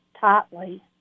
tightly